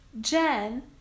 Jen